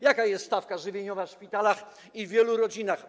Jaka jest stawka żywieniowa w szpitalach i w wielu rodzinach?